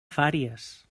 fàries